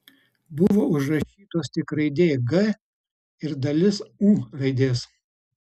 buvo užrašytos tik raidė g ir dalis u raidės